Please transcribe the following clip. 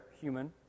human